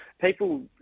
People